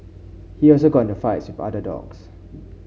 he also got into fights with other dogs